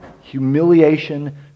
Humiliation